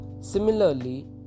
Similarly